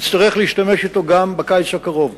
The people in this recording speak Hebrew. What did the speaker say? נצטרך להשתמש בו גם בקיץ הקרוב.